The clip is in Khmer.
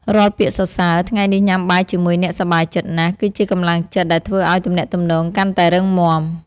រាល់ពាក្យសរសើរ "ថ្ងៃនេះញ៉ាំបាយជាមួយអ្នកសប្បាយចិត្តណាស់" គឺជាកម្លាំងចិត្តដែលធ្វើឱ្យទំនាក់ទំនងកាន់តែរឹងមាំ។